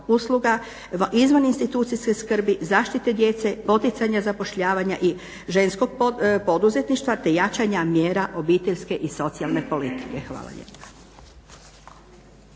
usluga izvan institucijske skrbi, zaštite djece, poticanja zapošljavanja i ženskog poduzetništva te jačanja mjera obiteljske i socijalne politike. Hvala lijepa.